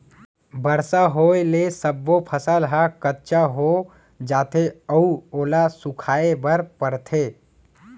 बरसा होए ले सब्बो फसल ह कच्चा हो जाथे अउ ओला सुखोए बर परथे